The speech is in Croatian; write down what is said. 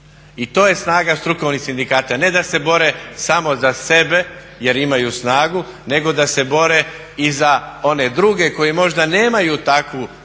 I to je snaga strukovnih sindikata, a ne da se bore samo za sebe jer imaju snagu nego da se bore i za one druge koji možda nemaju takvu snagu